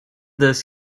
this